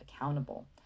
accountable